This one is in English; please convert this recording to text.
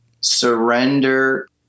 surrender